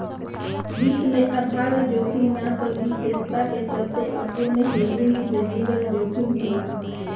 वित्त में आधार जोखिम ना त विशेषता के चलते अपूर्ण हेजिंग से जुड़ल जोखिम होला